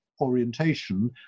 orientation